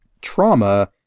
trauma